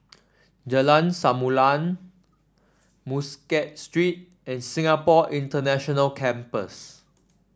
Jalan Samulun Muscat Street and Singapore International Campus